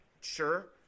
sure